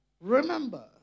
Remember